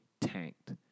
tanked